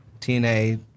TNA